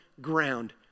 ground